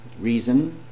reason